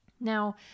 Now